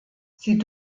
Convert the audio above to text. sie